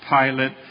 Pilate